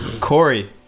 Corey